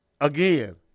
again